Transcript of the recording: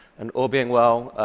and all being well,